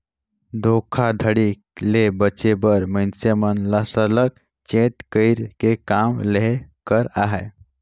धोखाघड़ी ले बाचे बर मइनसे मन ल सरलग चेत कइर के काम लेहे कर अहे